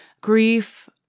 grief